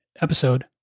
episode